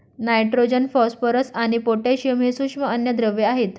nitrogen, phosphorus आणि potassium हे सूक्ष्म अन्नद्रव्ये आहेत